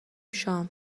شام